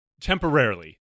Temporarily